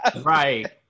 right